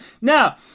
Now